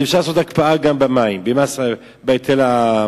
אז אפשר לעשות הקפאה גם בהיטל המים.